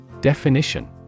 Definition